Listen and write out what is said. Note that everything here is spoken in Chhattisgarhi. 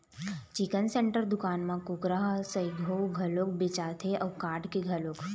चिकन सेंटर दुकान म कुकरा ह सइघो घलोक बेचाथे अउ काट के घलोक